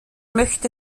möchte